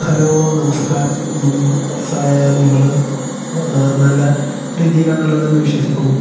hello നമസ്കാരം നിങ്ങള് നല്ല രീതിയിലാണുള്ളതെന്ന് വിശ്വസിക്കുന്നു